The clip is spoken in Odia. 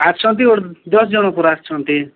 ଆସିଛନ୍ତି ଦଶ ଜଣ ପୁରା ଆସିଛନ୍ତି